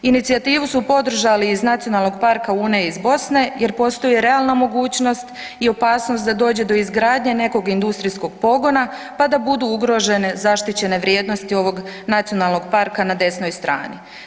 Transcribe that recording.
Inicijativu su podržali iz Nacionalnog parka Una iz Bosne jer postoji realna mogućnost i opasnost da dođe do izgradnje nekog industrijskog pogona, pa da budu ugrožene zaštićene vrijednosti ovog nacionalnog parka na desnoj strani.